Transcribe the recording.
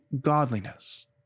godliness